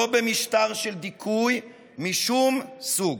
לא במשטר של דיכוי משום סוג.